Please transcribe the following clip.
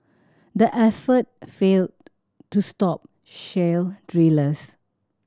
the effort failed to stop shale drillers